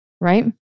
Right